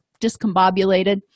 discombobulated